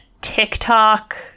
TikTok